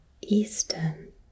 Eastern